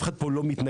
אף אחד פה לא מתנגד,